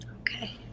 Okay